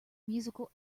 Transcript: musical